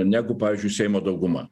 negu pavyzdžiui seimo dauguma